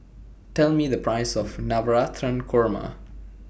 Tell Me The Price of Navratan Korma